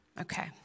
Okay